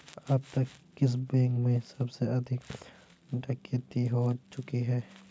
अब तक किस बैंक में सबसे अधिक डकैती हो चुकी है?